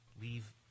leave